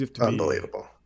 Unbelievable